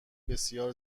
بسیار